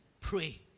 pray